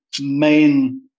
main